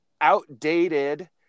outdated